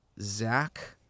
zach